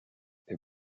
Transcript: est